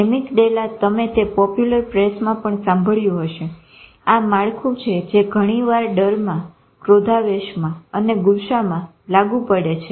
એમિક ડેલ્લા તમે તે પોપ્યુલર પ્રેસમાં પણ સાંભળ્યું હશે આ માળખું છે જે ઘણીવાર ડરમાં ક્રોધાવેશમાં અને ગુસ્સામાં લાગુ પડે છે